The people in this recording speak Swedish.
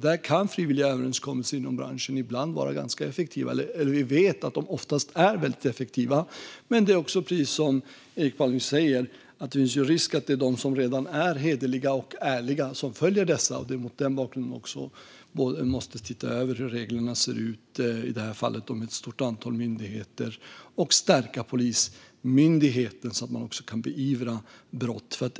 dock frivilliga överenskommelser inom branschen ibland vara ganska effektiva. Vi vet att de oftast är det. Men precis som Eric Palmqvist säger finns det en risk för att det bara är de som redan är hederliga och ärliga som följer överenskommelserna, och mot den bakgrunden måste vi tillsammans med ett stort antal myndigheter se över hur reglerna ser ut och också stärka Polismyndigheten, så att man kan beivra brott.